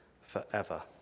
forever